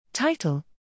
Title